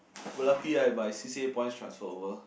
but lucky right my c_c_a points transfer over